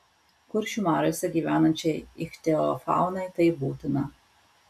kuršių mariose gyvenančiai ichtiofaunai tai būtina